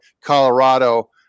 Colorado